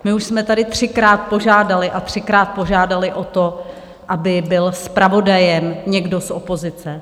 My už jsme tady třikrát požádali a třikrát požádali o to, aby byl zpravodajem někdo z opozice.